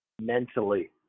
mentally